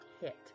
hit